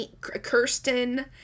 Kirsten